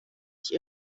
nicht